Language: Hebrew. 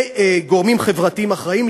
כגורמים חברתיים אחראיים,